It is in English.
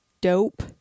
dope